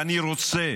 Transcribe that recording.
אני רוצה